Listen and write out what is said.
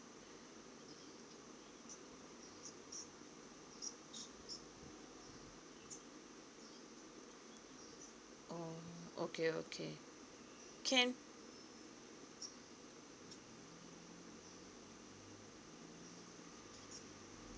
oh okay okay can